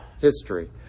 history